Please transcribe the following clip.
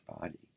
body